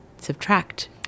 subtract